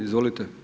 Izvolite.